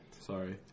Sorry